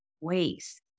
waste